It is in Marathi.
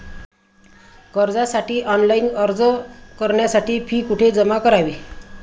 कर्जासाठी ऑनलाइन अर्ज करण्यासाठी फी कुठे जमा करावी?